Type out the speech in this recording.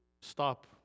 stop